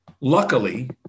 Luckily